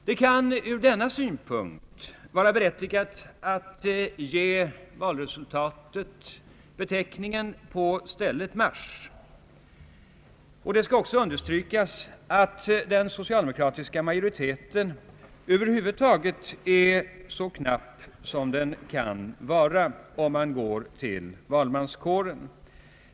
Det kan ur denna synpunkt vara berättigat att ge valresultatet beteckningen »på stället marsch». Det skall också understrykas att den socialdemokratiska majoriteten över huvud taget är så knapp som den kan vara om man går till valmanskåren.